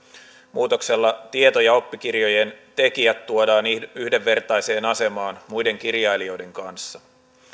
muutoksella tieto ja oppikirjojen tekijät tuodaan yhdenvertaiseen asemaan muiden kirjailijoiden kanssa